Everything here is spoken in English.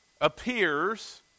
appears